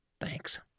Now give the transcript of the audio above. Thanks